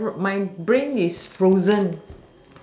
I wrote my brain is frozen